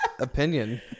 opinion